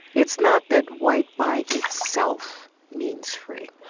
it's not that white by itself means free.